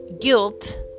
guilt